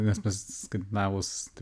nes mes skandinavus